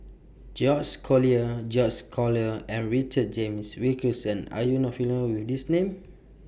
George's Collyer George's Collyer and Richard James Wilkinson Are YOU not familiar with These Names